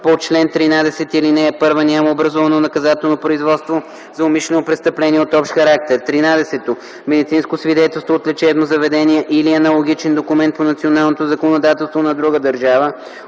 по чл. 13, ал. 1 няма образувано наказателно производство за умишлено престъпление от общ характер; 13. медицинско свидетелство от лечебно заведение или аналогичен документ по националното законодателство на друга държава,